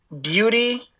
beauty